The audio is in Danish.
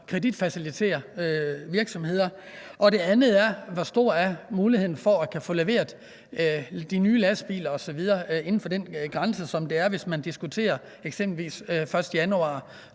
kreditfacilitere virksomheder – dels skal der være mulighed for, at man kan få leveret de nye lastbiler osv. inden for den grænse, der er. Hvis man diskuterer eksempelvis 1. januar